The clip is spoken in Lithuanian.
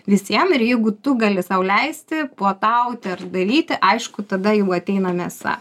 visiem ir jeigu tu gali sau leisti puotauti ar dalyti aišku tada jau ateina mėsa